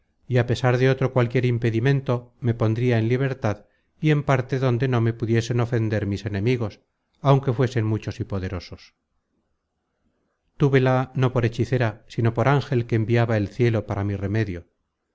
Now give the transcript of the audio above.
y a pesar de otro cualquier impedimento me pondria en libertad y en parte donde no me pudiesen ofender mis enemigos aunque fuesen muchos y poderosos túvela no por hechicera sino por ángel que enviaba el cielo para mi remedio